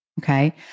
Okay